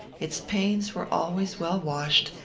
its panes were always well-washed,